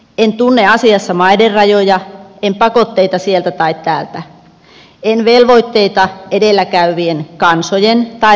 en tunne asiassa maiden rajoja en pakotteita sieltä tai täältä en velvoitteita edellä käyvien kansojen tai maiden joukossa